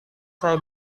saya